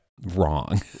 Wrong